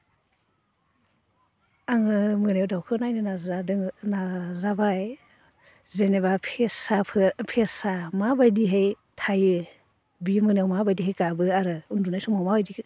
आङो मोनायाव दाउखो नायनो नाजादोङो नाजाबाय जेनेबा फेसाफोर फेसा माबायदिहाय थायो बि मोनायाव माबायदिहाय गाबो आरो उन्दुनाय समावा माबायदि